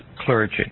clergy